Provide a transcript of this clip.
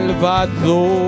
Salvador